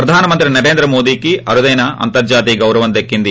ప్రధానమంత్రి నరేంద్ర మోదీకి అరుదైన అంతర్జాతీయ గౌరవం దక్కింది